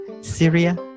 Syria